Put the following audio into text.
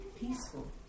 peaceful